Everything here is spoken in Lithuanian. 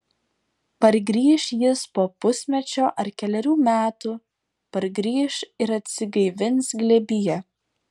pargrįš jis po pusmečio ar kelerių metų pargrįš ir atsigaivins glėbyje